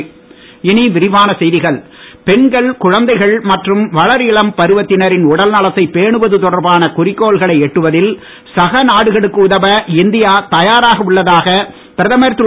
மோடி பெண்கள் குழந்தைகள் மற்றும் வளர் இளம் பருவத்தினரின் உடல்நலத்தை பேனுவது தொடர்பான குறிக்கோள்களை எட்டுவதில் சகநாடுகளுக்கு உதவ இந்தியா தயாராக உள்ளதாக பிரதமர் திரு